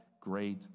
great